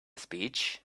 speech